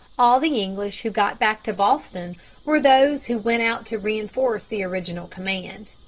all the english who got back to boston were those who went out to reinforce the original command.